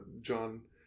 John